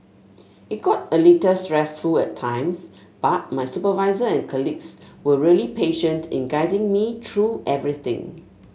it got a little stressful at times but my supervisor and colleagues were really patient in guiding me through everything